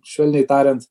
švelniai tariant